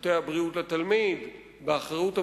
שירותי הבריאות לתלמיד, באחריות המדינה,